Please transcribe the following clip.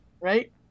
Right